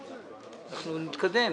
אנחנו נתקדם.